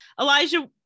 Elijah